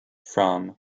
from